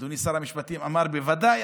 אדוני שר המשפטים אמר: בוודאי,